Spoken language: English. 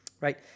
right